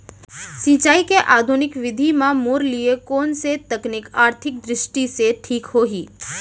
सिंचाई के आधुनिक विधि म मोर लिए कोन स तकनीक आर्थिक दृष्टि से ठीक होही?